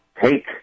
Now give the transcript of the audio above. take